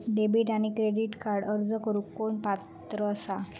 Debit आणि credit कार्डक अर्ज करुक कोण पात्र आसा?